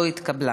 לא התקבלה.